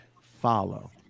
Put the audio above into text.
follow